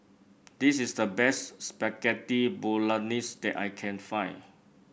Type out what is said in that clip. this is the best Spaghetti Bolognese that I can find